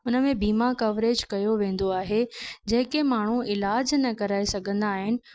हुन में बिमा कवरेज कयो वेंदो आहे जेके माण्हू इलाजु न कराए सघंदा आहिनि